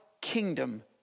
kingdom